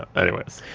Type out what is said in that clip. anyways.